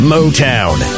Motown